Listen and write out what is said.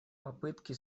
попытки